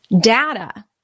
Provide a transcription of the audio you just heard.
data